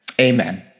Amen